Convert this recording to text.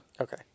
okay